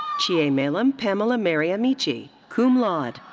chiemelum pamela-mary amechi, cum laude.